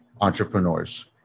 entrepreneurs